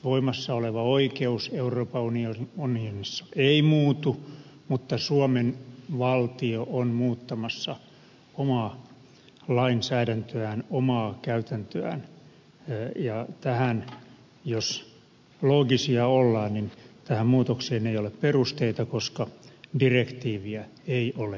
voimassa oleva oikeus euroopan unionissa ei muutu mutta suomen valtio on muuttamassa omaa lainsäädäntöään omaa käytäntöään ja jos loogisia ollaan niin tähän muutokseen ei ole perusteita koska direktiiviä ei ole muutettu